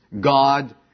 God